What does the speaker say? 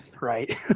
right